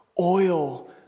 oil